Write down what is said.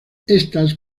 estas